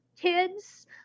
kids